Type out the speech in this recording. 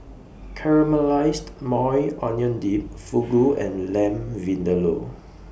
Caramelized Maui Onion Dip Fugu and Lamb Vindaloo